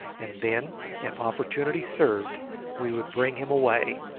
and then if opportunity served we would bring him away,